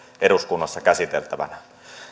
eduskunnassa käsiteltävänä